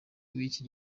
w’iki